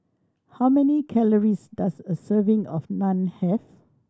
how many calories does a serving of Naan have